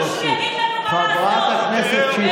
ואתם אמרתם,